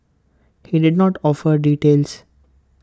he did not offer details